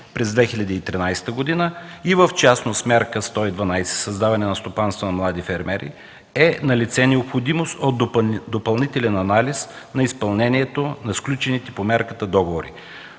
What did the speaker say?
през 2013 г. и в частност мярка 112 – създаване на стопанства на млади фермери, е налице необходимост от допълнителен анализ на изпълнението на сключените по мярката договори,